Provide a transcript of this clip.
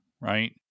right